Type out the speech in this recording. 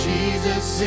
Jesus